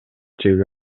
чек